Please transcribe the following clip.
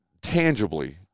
tangibly